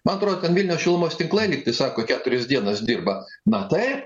man atrodo ten vilniaus šilumos tinklai lygtai sako keturias dienas dirba na taip